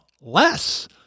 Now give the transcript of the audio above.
less